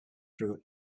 through